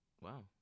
Wow